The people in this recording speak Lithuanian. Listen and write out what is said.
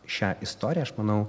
šią istoriją aš manau